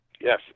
Yes